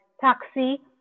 taxi